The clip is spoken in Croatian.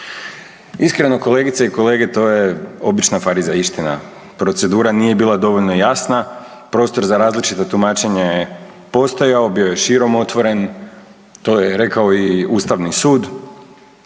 Iskreno, kolegice i kolege to je obična farizejština, procedura nije bila dovoljno jasna, prostor za različito tumačenje je postojao, bio je širom otvoren, to je rekao i Ustavni sud.